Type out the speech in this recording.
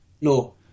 No